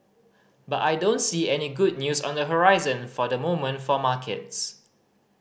but I don't see any good news on the horizon for the moment for markets